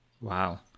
Wow